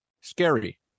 Scary